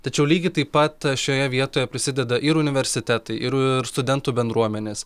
tačiau lygiai taip pat šioje vietoje prisideda ir universitetai ir studentų bendruomenės